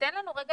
תן לנו רגע,